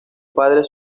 padres